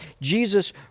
Jesus